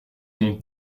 nom